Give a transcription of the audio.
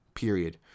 period